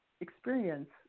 experience